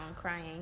crying